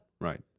Right